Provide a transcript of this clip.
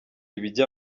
ibijya